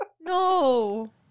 No